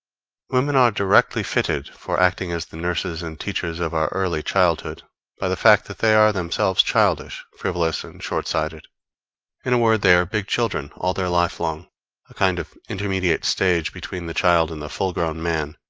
women are directly fitted for acting as the nurses and teachers of our early childhood by the fact that they are themselves childish, frivolous and short-sighted in a word, they are big children all their life long a kind of intermediate stage between the child and the full-grown man,